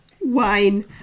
Wine